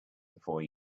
before